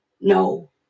No